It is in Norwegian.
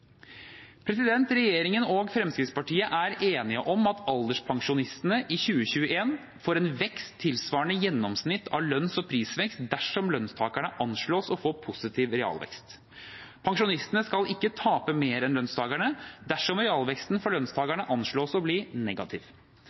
Regjeringen og Fremskrittspartiet er enige om at alderspensjonistene i 2021 får en vekst tilsvarende gjennomsnittet av lønns- og prisvekst dersom lønnstakerne anslås å få positiv realvekst. Pensjonistene skal ikke tape mer enn lønnstakerne dersom realveksten for lønnstakerne anslås å bli negativ.